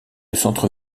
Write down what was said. centre